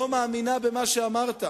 לא מאמינה במה שאמרת,